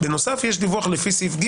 בנוסף יש דיווח לפי סעיף ג